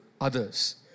others